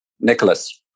Nicholas